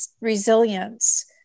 resilience